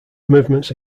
movements